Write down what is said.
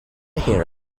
hear